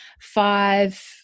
five